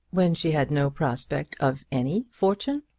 when she had no prospect of any fortune?